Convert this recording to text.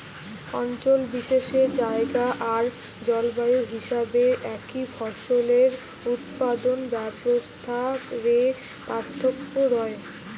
অঞ্চল বিশেষে জায়গা আর জলবায়ু হিসাবে একই ফসলের উৎপাদন ব্যবস্থা রে পার্থক্য রয়